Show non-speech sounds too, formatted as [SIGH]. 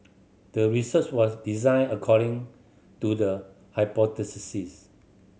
the research was designed according to the [UNINTELLIGIBLE]